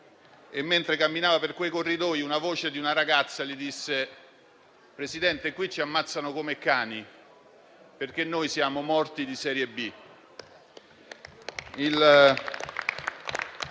Mentre camminava per quei corridoi, la voce di una ragazza gli disse: Presidente, qui ci ammazzano come cani, perché noi siamo morti di serie B.